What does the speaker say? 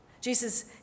Jesus